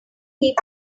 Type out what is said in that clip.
keep